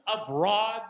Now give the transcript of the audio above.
abroad